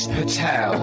Patel